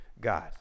God